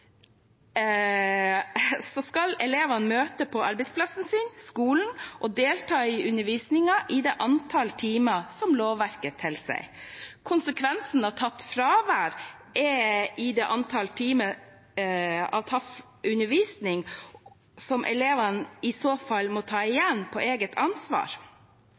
skal elevene møte på arbeidsplassen sin – skolen – og delta i undervisningen i det antall timer som lovverket tilsier. Konsekvensen av fravær er tapt undervisning, som elevene i så fall må ta igjen på eget ansvar.